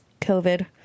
covid